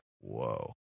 Whoa